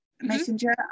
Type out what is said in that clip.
messenger